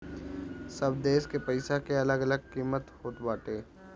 सब देस के पईसा के अलग अलग किमत होत बाटे